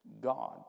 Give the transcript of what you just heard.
God